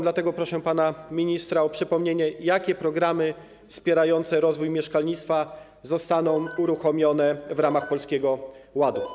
Dlatego proszę pana ministra o przypomnienie, jakie programy wspierające rozwój mieszkalnictwa zostaną uruchomione w ramach Polskiego Ładu.